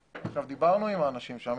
דיברנו עם האנשים שם,